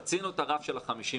חצינו את הרף של ה-50%.